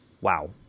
wow